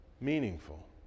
meaningful